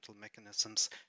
mechanisms